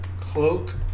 Cloak